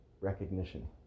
Recognition